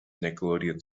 nickelodeon